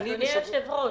אדוני היושב-ראש,